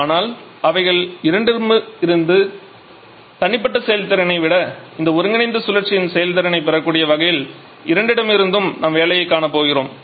ஆனால் அவைகள் இரண்டிடமிருந்தும் தனிப்பட்ட செயல்திறனை விட இந்த ஒருங்கிணைந்த சுழற்சியின் செயல்திறனைப் பெறக்கூடிய வகையில் இரண்டிடமிருந்தும் நாம் வேலையை காணப் போகிறோம்